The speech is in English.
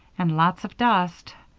and lots of dust.